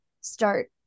start